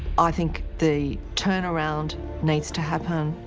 i think the turnaround needs to happen.